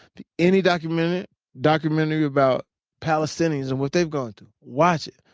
any documentary documentary about palestinians and what they've gone through, watch it.